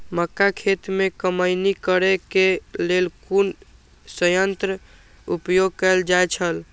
मक्का खेत में कमौनी करेय केय लेल कुन संयंत्र उपयोग कैल जाए छल?